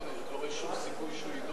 אבל אני לא רואה שום סיכוי שהוא יידון עכשיו,